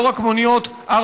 לא רק מוניות 4,